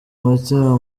umutima